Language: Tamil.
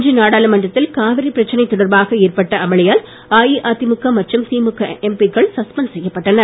இன்று நாடாளுமன்றத்தில் காவிரிப் பிரச்சனை தொடர்பாக ஏற்பட்ட அமளியால் அஇஅதிமுக மற்றும் திமுக எம்பிக்கள் சஸ்பென்ட் செய்யப்பட்டனர்